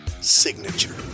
signature